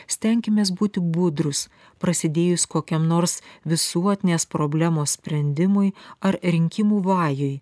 stenkimės būti budrūs prasidėjus kokiam nors visuotinės problemos sprendimui ar rinkimų vajui